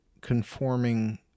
conforming